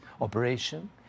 operation